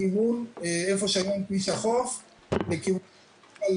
לכיוון איפה שהיום כביש החוף על גלילות.